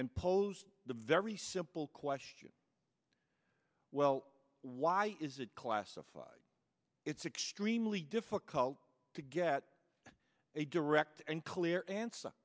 and pose the very simple question well why is it classified it's extremely difficult to get a direct and clear